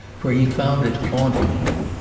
for he found it haunting him.